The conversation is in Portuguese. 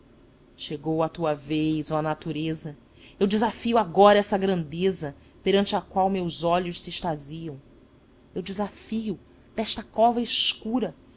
chegou a tua vez oh natureza eu desafio agora essa grandeza perante a qual meus olhos se extasiam eu desafio desta cova escura